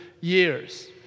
years